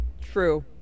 True